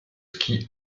ski